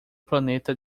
planeta